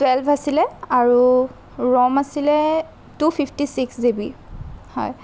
twelve আছিলে আৰু RAM আছিলে টু ফিফ্টি ছিক্স জিবি হয়